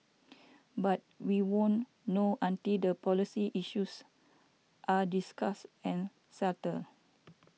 but we won't know until the policy issues are discussed and sattled